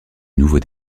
nouveau